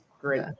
Great